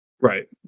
Right